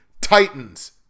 Titans